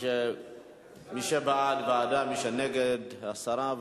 מי שבעד, ועדה, מי שנגד, הסרה.